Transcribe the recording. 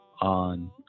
on